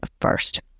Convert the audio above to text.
first